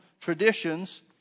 traditions